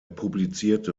publizierte